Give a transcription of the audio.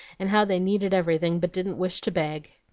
and how they needed everything, but didn't wish to beg.